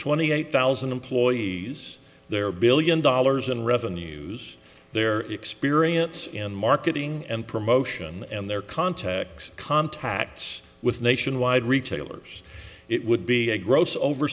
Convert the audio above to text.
twenty eight thousand employees their billion dollars in revenues their experience in marketing and promotion and their contacts contacts with nationwide retailers it would be a gross